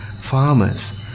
farmers